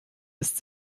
ist